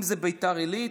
אם זה ביתר עילית.